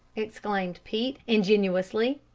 exclaimed pete, ingenuously.